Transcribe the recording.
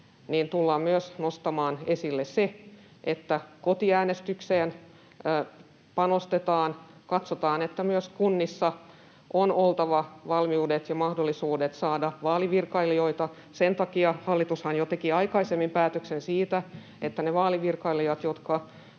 tullaan nostamaan esille myös se, että kotiäänestykseen panostetaan, katsotaan, että kunnissa myös on oltava valmiudet ja mahdollisuudet saada vaalivirkailijoita. Senhän takia hallitus teki jo aikaisemmin päätöksen siitä, että ne vaalivirkailijat, jotka